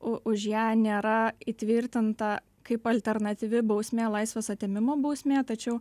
o už ją nėra įtvirtinta kaip alternatyvi bausmė laisvės atėmimo bausmė tačiau